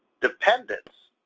dependence.